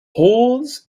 holds